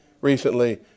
recently